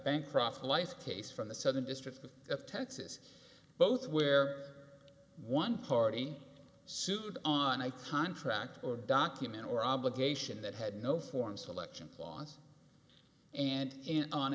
bancroft life case from the southern district of texas both where one party sued on a contract or document or obligation that had no form selection clause and in on